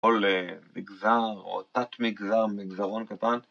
‫כל מגזר או תת מגזר, ‫מגזרון קטן.